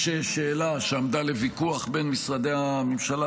יש שאלה שעמדה לוויכוח בין משרדי הממשלה